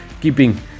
keeping